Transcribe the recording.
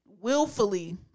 willfully